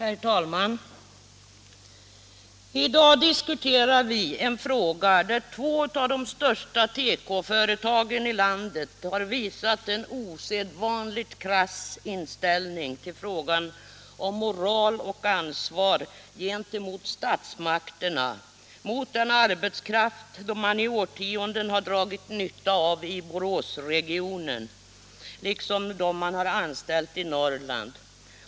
Herr talman! I dag diskuterar vi ett ärende där två av de största tekoföretagen i landet har visat en osedvanligt krass inställning till frågan om moral och ansvar gentemot statsmakterna, den arbetskraft som de i årtionden har dragit nytta av i Boråsregionen och den arbetskraft som de har anställt i Norrland.